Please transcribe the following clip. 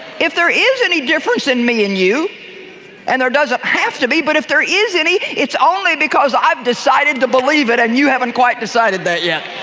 if there is any difference in me and you and there doesn't have to be, but if there is any, it's only because i've decided to believe it and you haven't quite decided that yet.